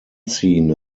scene